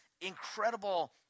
incredible